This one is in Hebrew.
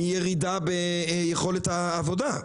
ירידה ביכולת העבודה.